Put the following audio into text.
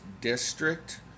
district